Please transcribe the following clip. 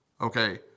okay